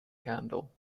candle